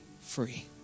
free